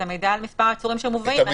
את המידע על מספר העצורים שמובאים.